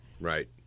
Right